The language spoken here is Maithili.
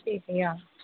ठीक यऽ